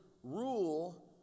rule